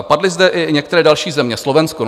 Padly zde i některé další země. Slovensko.